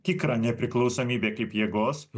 tikrą nepriklausomybę kaip jėgos